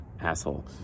asshole